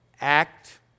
act